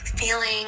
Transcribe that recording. Feeling